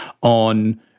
on